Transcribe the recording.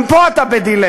גם פה אתה ב-delay,